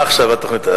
מה עכשיו התוכנית?